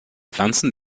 pflanzen